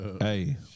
Hey